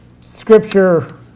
scripture